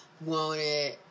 wanted